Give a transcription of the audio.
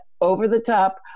over-the-top